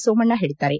ಸೋಮಣ್ಣ ಹೇಳಿದ್ದಾರೆ